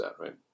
right